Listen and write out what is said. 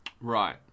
Right